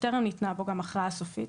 טרם ניתנה בו גם הכרעה סופית.